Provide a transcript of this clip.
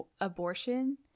abortion